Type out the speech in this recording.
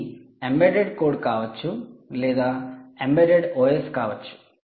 ఇది embedded code కావచ్చు లేదా ఎంబెడెడ్ OS కావచ్చు